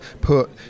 put